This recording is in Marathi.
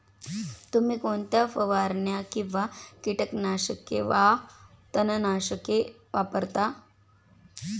तुम्ही कोणत्या फवारण्या किंवा कीटकनाशके वा तणनाशके वापरता?